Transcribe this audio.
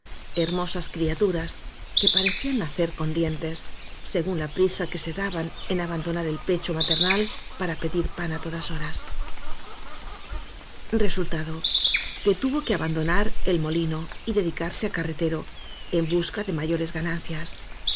hermosas criaturas que parecían nacer con dientes según la prisa que se daban en abandonar el pecho maternal para pedir pan á todas horas resultado que tuvo que abandonar el mo lino y dedicarse á carretero en busca de ma yores ganancias